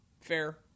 Fair